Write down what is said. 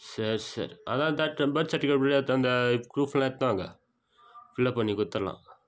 சரி சரி அதுதான் தட் இந் பர்த் சர்டிவிகேட் இப்படியே எடுத்து அந்த ப்ரூஃப்பெல்லாம் எடுத்துனு வாங்க ஃபில்அப் பண்ணி கொடுத்துல்லாம்